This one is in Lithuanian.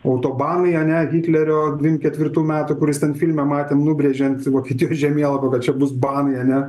autobanai ane hitlerio dvim ketvirtų metų kur jis ten filme matėm nubrėžė ant vokietijos žemėlapio kad čia bus banai ane